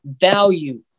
value